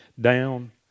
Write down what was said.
down